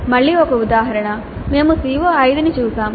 మళ్ళీ ఒక ఉదాహరణ మేము CO5 ని చూశాము